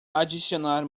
adicionar